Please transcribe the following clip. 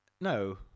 no